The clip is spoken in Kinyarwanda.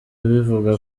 bivuga